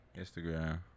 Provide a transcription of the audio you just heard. Instagram